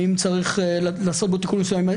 האם צריך לעשות בו תיקון מסוים?